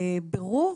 הברור,